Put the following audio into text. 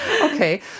Okay